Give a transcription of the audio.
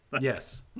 Yes